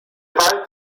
wald